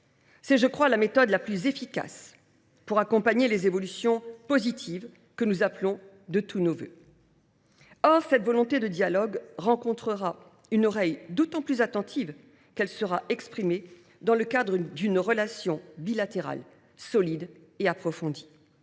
C’est la méthode la plus efficace pour accompagner les évolutions positives que nous appelons tous de nos vœux. Or cette volonté de dialogue rencontrera une oreille d’autant plus attentive qu’elle sera exprimée dans le cadre d’une relation bilatérale solide et approfondie.